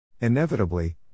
Inevitably